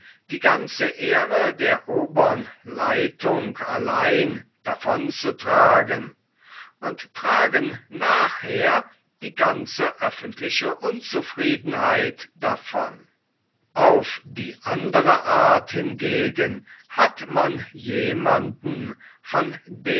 die ganze ehre der obern leitung allein davon zu tragen und tragen nachher die ganze öffentliche unzufriedenheit davon auf die andre art hingegen hat man jemanden von